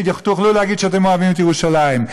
תוכלו להגיד שאתם אוהבים את ירושלים.